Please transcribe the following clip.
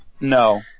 No